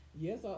yes